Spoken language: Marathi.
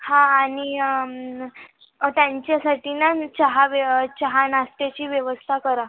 हा आणि त्यांच्यासाठी ना चहा व्य चहा नाश्त्याची व्यवस्था करा